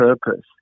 purpose